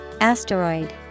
Asteroid